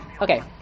Okay